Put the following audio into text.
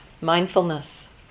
mindfulness